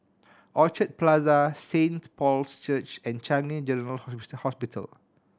Orchard Plaza Saint Paul's Church and Changi General Hospital